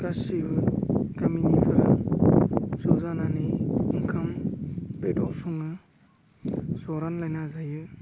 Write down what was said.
गासिबो गामिनिफोरा ज' जानानै ओंखाम बेदर सङो ज' रानलायना जायो